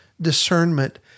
discernment